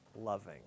loving